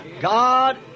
God